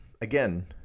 again